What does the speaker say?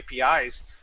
apis